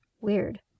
Weird